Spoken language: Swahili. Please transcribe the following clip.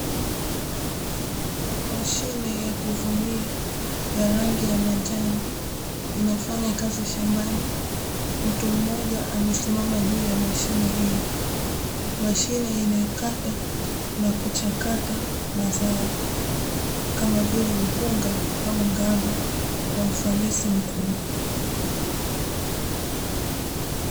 Mashine ya kuvunia ya rangi ya manjano inafanya kazi shambani, mtu mmoja amesimama juu ya mashine hiyo, mashine inayokata na kuchakata mazao, kama vile mpunga au ngano kwa ufanisi mkubwa.